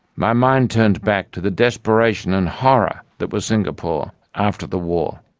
my mind turns back to the desperation and horror that was singapore after the war.